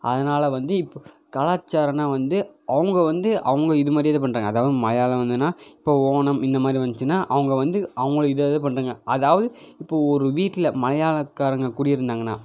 அதனால் வந்து இப்போது கலாச்சாரம்னா வந்து அவங்க வந்து அவங்க இதுமாதிரியே தான் பண்ணுறாங்க அதாவது மலையாளம் வந்ததுன்னா இப்போ ஓணம் இந்த மாதிரி வந்துச்சுன்னா அவங்க வந்து அவங்க இதை இதை பண்ணுறாங்க அதாவது இப்போ ஒரு வீட்டில் மலையாளகாரங்க குடியிருந்தாங்கனா